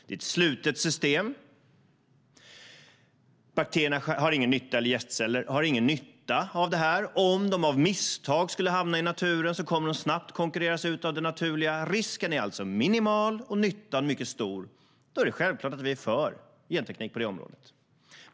Det är ett slutet system, och gästcellerna har ingen nytta av det här. Om de av misstag skulle hamna i naturen skulle de snabbt konkurreras ut av det naturliga, så risken är minimal och nyttan mycket stor. Det är självklart att vi är för genteknik på det området.